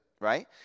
Right